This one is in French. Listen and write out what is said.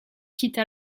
quitte